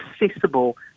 accessible